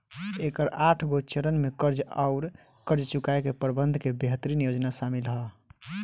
एकर आठगो चरन में कर्ज आउर कर्ज चुकाए के प्रबंधन के बेहतरीन योजना सामिल ह